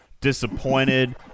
disappointed